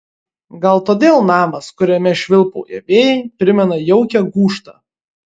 gal todėl namas kuriame švilpauja vėjai primena jaukią gūžtą